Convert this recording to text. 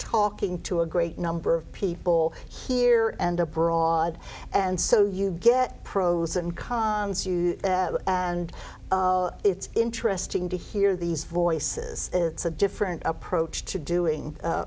talking to a great number of people here and abroad and so you get pros and cons you and it's interesting to hear these voices it's a different approach to doing